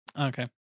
Okay